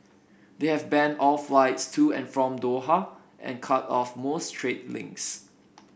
they have banned all flights to and from Doha and cut off most trade links